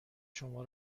شما